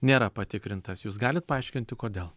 nėra patikrintas jūs galit paaiškinti kodėl